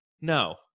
No